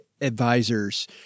advisors